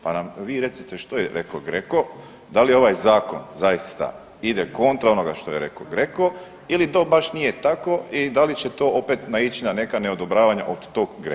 Pa nam vi recite što je reko GRECO, da li ovaj zakon zaista ide kontra onoga što je reko GRECO ili to baš nije tako i da li će to opet naići na neka neodobravanja od tog GRECO-a.